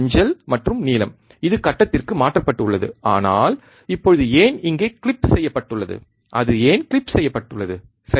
மஞ்சள் மற்றும் நீலம் இது கட்டத்திற்கு மாற்றப்பட்டு உள்ளது ஆனால் இப்போது ஏன் இங்கே கிளிப் செய்யப்பட்டுள்ளது அது ஏன் கிளிப் செய்யப்பட்டுள்ளது சரி